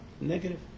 negative